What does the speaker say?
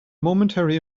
momentary